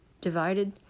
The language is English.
divided